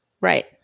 Right